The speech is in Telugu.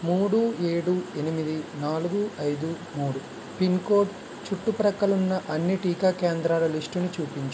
మూడు ఏడు ఎనిమిది నాలుగు ఐదు మూడు పిన్ కోడ్ చుట్టుప్రక్కలున్న అన్ని టీకా కేంద్రాల లిస్టుని చూపించుము